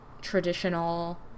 traditional